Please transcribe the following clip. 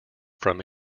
from